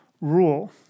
rule